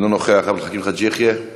אינו נוכח, עבד אל חכים חאג' יחיא,